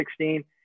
2016